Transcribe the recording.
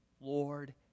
Lord